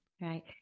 Right